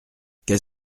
qu’est